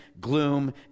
gloom